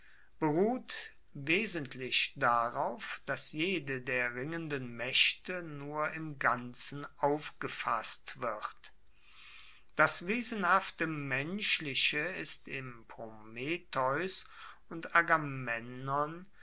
beruht wesentlich darauf dass jede der ringenden maechte nur im ganzen aufgefasst wird das wesenhafte menschliche ist im prometheus und